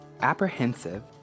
Apprehensive